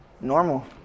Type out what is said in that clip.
normal